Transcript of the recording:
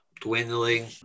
dwindling